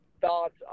thoughts